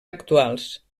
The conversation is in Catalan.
actuals